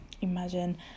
imagine